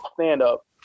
stand-up